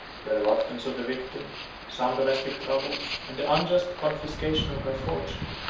the reluctance of the victim, some domestic troubles, and the unjust confiscation of her fortune,